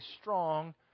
strong